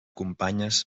companyes